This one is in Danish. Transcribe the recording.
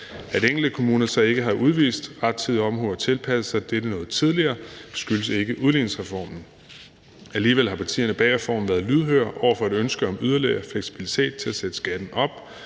At enkelte kommuner så ikke har udvist rettidig omhu og tilpasset sig dette noget tidligere, skyldes ikke udligningsreformen. Alligevel har partierne bag reformen været lydhøre over for et ønske om yderligere fleksibilitet til at sætte skatten op,